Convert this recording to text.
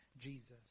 Jesus